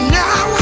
now